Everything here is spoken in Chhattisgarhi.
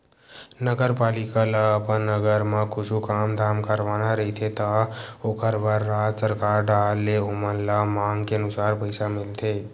नगरपालिका ल अपन नगर म कुछु काम धाम करवाना रहिथे त ओखर बर राज सरकार डाहर ले ओमन ल मांग के अनुसार पइसा मिलथे